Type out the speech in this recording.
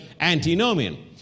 antinomian